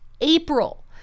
april